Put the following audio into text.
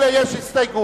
אלא יש הסתייגות.